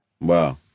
wow